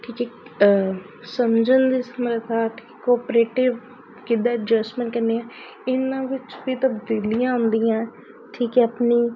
ਠੀਕ ਹੈ ਸਮਝਣ ਦੀ ਸਮਰੱਥਾ ਕੋਪ੍ਰੇਟਿਵ ਕਿੱਦਾਂ ਜਸਟਮੈਂਟ ਕਰਨੀ ਹੈ ਇਹਨਾਂ ਵਿੱਚ ਵੀ ਤਬਦੀਲੀਆਂ ਆਉਂਦੀਆਂ ਠੀਕ ਹੈ ਆਪਣੀ